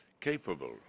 capable